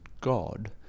god